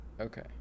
okay